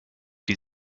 die